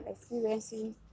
experiencing